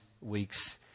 weeks